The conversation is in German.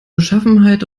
beschaffenheit